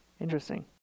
Interesting